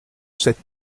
cette